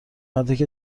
مدرک